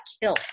kill